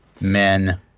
Men